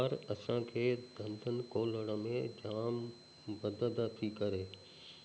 सरकार असांखे धंधनि ॻोल्हण में जाम मदद थी करे